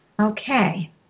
Okay